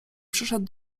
przyszedł